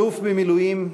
האלוף במילואים,